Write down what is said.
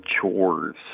chores